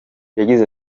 yagize